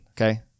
okay